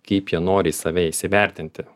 kaip jie nori į save įsivertinti